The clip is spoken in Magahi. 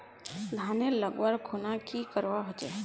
धानेर लगवार खुना की करवा होचे?